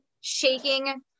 shaking